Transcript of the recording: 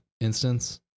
instance